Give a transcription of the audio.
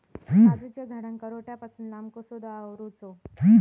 काजूच्या झाडांका रोट्या पासून लांब कसो दवरूचो?